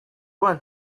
wanna